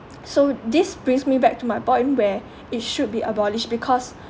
so this brings me back to my point where it should be abolished because